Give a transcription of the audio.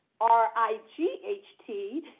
R-I-G-H-T